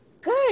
Good